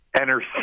Enter